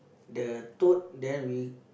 the tote then we